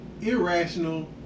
irrational